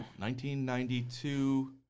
1992